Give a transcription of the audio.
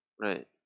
Right